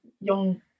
young